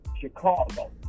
Chicago